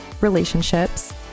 relationships